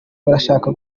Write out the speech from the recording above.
barashaka